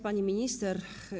Pani Minister!